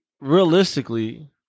realistically